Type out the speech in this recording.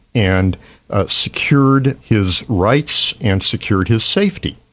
and secured his rights and secured his safety,